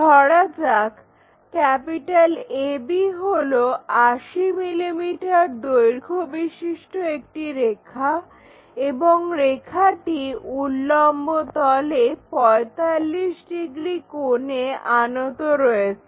ধরা যাক AB হলো 80 mm দৈর্ঘ্য বিশিষ্ট একটি রেখা এবং রেখাটি উল্লম্বতলে 45 ডিগ্রী কোণে আনত রয়েছে